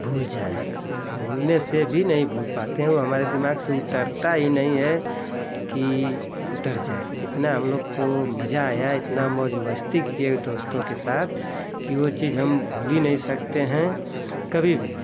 भूल जाएँ भूलने से भी नहीं भूल पाते हैं ओ हमारे दिमाग से उतरता ही नहीं है कि उतर जाए इतना हम लोग को मजा आया इतना मौज मस्ती किए दोस्तों के साथ कि वो चीज हम भूल ही नहीं सकते हैं कभी भी